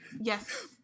yes